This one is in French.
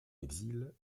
exil